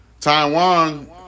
Taiwan